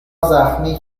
زخمی